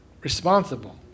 responsible